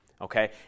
Okay